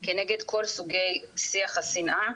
כנגד כל סוגי שיח השנאה,